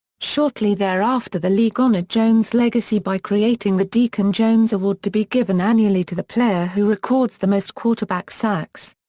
shortly thereafter the league honored jones' legacy by creating the deacon jones award to be given annually to the player who records the most quarterback sacks.